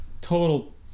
total